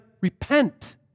repent